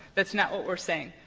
that's not what we're saying.